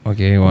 Okay